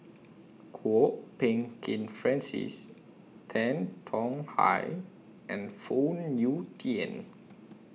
Kwok Peng Kin Francis Tan Tong Hye and Phoon Yew Tien